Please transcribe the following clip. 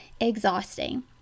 exhausting